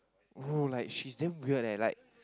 no like she's damn weird leh like